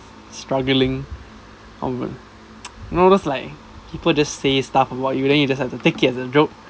struggling on~ now those like people just say stuff about you then you just have to take it as a joke